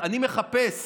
אני מחפש